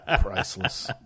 Priceless